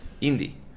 Indy